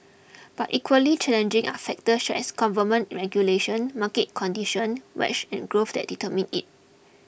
but equally challenging are factors such as government regulations market conditions wage and growth that determine it